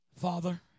Father